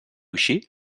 així